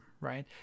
right